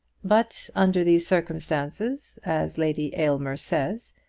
but under these circumstances, as lady aylmer says,